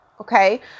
Okay